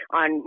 on